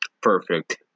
perfect